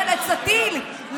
את מדברת על חשבון הציבור?